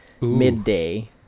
midday